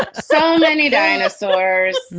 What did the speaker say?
ah so many dinosaurs,